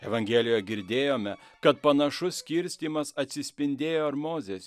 evangelioje girdėjome kad panašus skirstymas atsispindėjo ir mozės